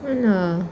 ah lah